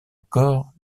encore